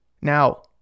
Now